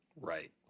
right